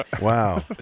Wow